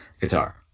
Guitar